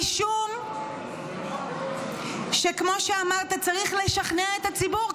משום שכמו שאמרת, צריך לשכנע את הציבור.